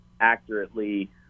accurately